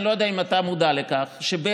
אני לא יודע אם אתה מודע לכך שבאר-שבע,